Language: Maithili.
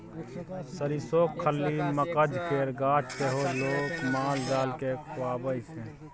सरिसोक खल्ली, मकझ केर गाछ सेहो लोक माल जाल केँ खुआबै छै